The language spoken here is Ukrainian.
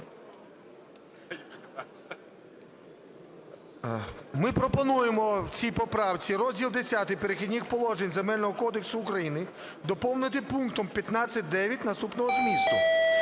Ми пропонуємо в цій поправці Розділ Х "Перехідні положення" Земельного кодексу України доповнити пунктом 15-9 наступного змісту: